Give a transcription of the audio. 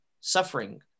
suffering